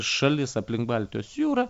šalis aplink baltijos jūrą